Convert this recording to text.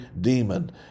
demon